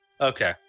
Okay